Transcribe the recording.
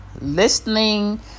listening